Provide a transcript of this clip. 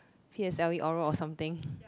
p_s_l_e oral or something